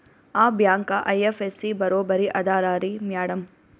ಆ bank IFSC ಬರೊಬರಿ ಅದಲಾರಿ ಮ್ಯಾಡಂ?